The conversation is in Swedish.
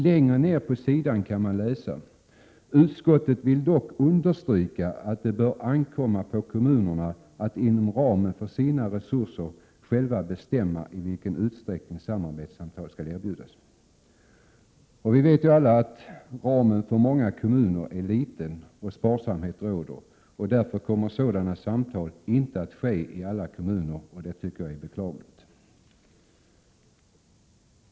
Längre ner på samma sida kan man emellertid läsa följande: ”Utskottet vill dock understryka att det bör ankomma på kommunerna att inom ramen för sina resurser själva bestämma i vilken utsträckning samarbetssamtal skall erbjudas.” Vi vet ju alla att ramen för många kommuner är liten och att sparsamhet råder. Sådana samtal kommer därför inte att äga rum i alla kommuner. Detta tycker jag är beklagligt.